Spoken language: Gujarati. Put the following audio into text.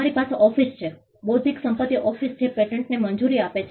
તમારી પાસે ઓફિસ છે બૌદ્ધિક સંપત્તિ ઓફિસ જે પેટન્ટ્સને મંજૂરી આપે છે